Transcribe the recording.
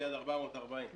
2,440 מיליון.